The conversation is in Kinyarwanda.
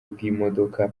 bw’imodoka